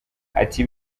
ati